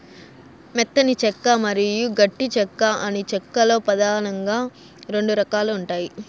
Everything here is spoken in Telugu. మెత్తని చెక్క మరియు గట్టి చెక్క అని చెక్క లో పదానంగా రెండు రకాలు ఉంటాయి